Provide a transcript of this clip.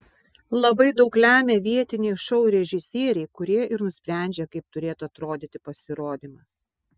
labai daug lemia vietiniai šou režisieriai kurie ir nusprendžia kaip turėtų atrodyti pasirodymas